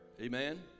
Amen